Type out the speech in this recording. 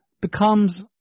becomes